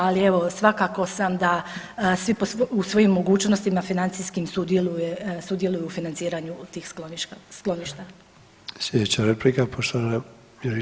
Ali evo svakako sam da svi u svojim mogućnostima financijskim sudjeluju u financiranju tih skloništa.